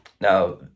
now